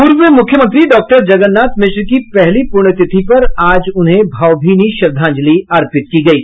पूर्व मुख्यमंत्री डॉक्टर जगन्नाथ मिश्र की पहली पुण्यतिथि पर आज उन्हें भावभीनी श्रद्धांजलि अर्पित की गयी